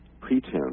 pretense